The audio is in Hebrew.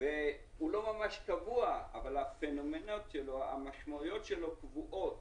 והוא לא ממש קבוע אבל המשמעויות שלו קבועות